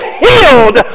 healed